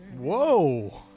Whoa